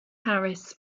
harris